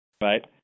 Right